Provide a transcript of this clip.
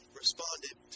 responded